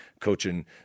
coaching